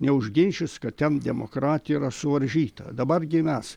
neužginčys kad ten demokratija yra suvaržyta dabar gi mes